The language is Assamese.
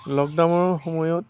লকডাউনৰ সময়ত